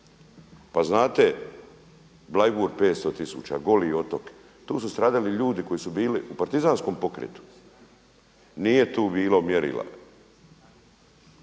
Pa znate, Bleiburg 500 tisuća, Goli Otok, tu su stradali ljudi koji su bili u partizanskom pokretu. Nije tu bilo mjerila,